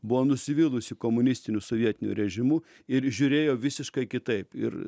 buvo nusivylusi komunistiniu sovietiniu režimu ir žiūrėjo visiškai kitaip ir